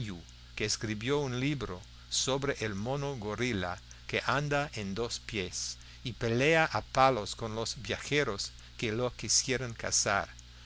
que escribió un libro sobre el mono gorila que anda en dos pies y pelea a palos con los viajeros que lo quisieren cazar